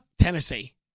Tennessee